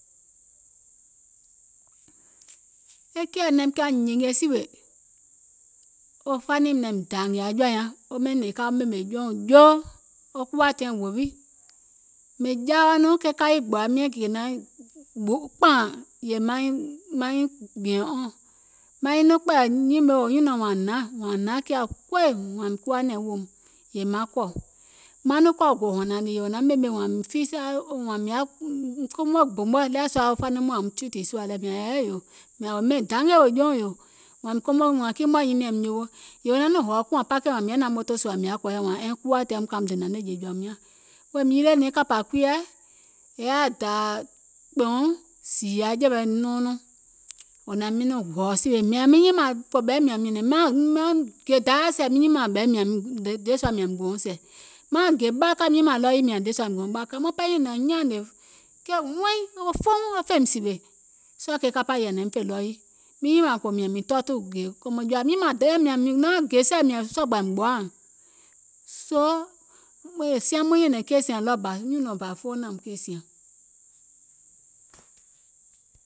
E keìɛ naim kiȧ nyìngè sìwè, wo fanim naim dȧȧngè aŋ jɔ̀ȧ wo ka wo ɓèmè jɔùŋ joo, wo kuwȧ taìŋ wèwi, mìŋ jaa wa nɔŋ ke kaì gbòa miɛ̀ŋ kè naŋ kpȧȧŋ yèè maŋ nyiŋ gbìɛ̀ŋ on yèè wo nyùnɔ̀ɔŋ naŋ woò wȧȧŋ hnaȧŋ kiȧ quick mìŋ kuwa nɛ̀ŋ bȧ weèum, yèè maŋ kɔ̀ wo gò hɔ̀nȧŋ ɗì wò naŋ ɓèmè wȧȧŋ I feel sorry mìŋ komo bò mɔ̀ɛ̀ ɗewɛɛ̀ sùȧ wo faniŋ mɔɔ̀ŋ yȧùm treati sùȧ lɛ, mìȧŋ hɛ̀ɛɛɛ̀ŋ mìȧŋ wòim ɓɛìŋ dangè wèè jɔùŋ yò, wȧȧŋ komo wȧȧŋ kii mɔ̀ɛ̀ nyinìàm nyowo, wò naŋ nɔŋ hɔ̀ɔ̀ kùȧŋ pɔkè wȧȧŋ mìŋ yaȧ naȧŋ motò sùȧ mìŋ yaȧ kɔɔyɛ wȧȧŋ ɛɛŋ kuwȧ tɛɛ̀ muŋ ka muŋ dènȧŋ nɛ̀ŋjè jɔ̀ȧum nyȧŋ, wèè miŋ yilè nɔŋ e kȧpȧ kuiɛ̀ è yaȧ daȧ kpɛ̀ɛ̀ùŋ zììyȧ jɛ̀wɛ̀ nɔɔnɔŋ, wò naŋ miŋ nɔŋ hɔ̀ɔ̀ sìwè miŋ nyimȧȧŋ kòɓɛ̀i mìȧŋ nyɛ̀nɛ̀ŋ, mìŋ gè dayà sɛ̀ miŋ nyimȧȧŋ dièsua mìȧŋ gòuŋ sɛ̀, mauŋ gè ɓaikà ɗɔɔ yii nyimȧȧŋ kɛ̀ dièsua miȧŋ gòuŋ ɓaikȧ, maŋ ɓɛɛ nyȧȧnè ke wɛiŋ wɔŋ fouŋ ke fèìm sìwè, sɔɔ̀ ke kapȧ yii ȧŋ naim fè ɗɔɔ yii, miŋ nyimȧȧŋ kòò mìȧŋ mìŋ tɔɔtù gè mìŋ nauŋ gè sɛ̀ mìȧŋ sɔɔ̀gbà gboȧìŋ, soo è siaŋ maŋ nyɛ̀nɛ̀ŋ keì sìȧŋ ɗɔɔ bȧ nyùnɔ̀ɔŋ bȧ foonȧùm keì sìȧŋ.